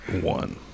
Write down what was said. one